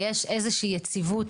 ויש איזושהי יציבות,